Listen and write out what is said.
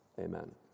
amen